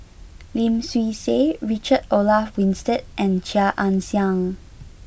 Lim Swee Say Richard Olaf Winstedt and Chia Ann Siang